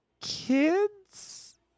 kids